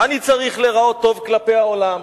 אני צריך להיראות טוב כלפי העולם,